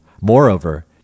Moreover